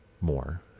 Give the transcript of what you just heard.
more